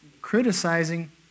criticizing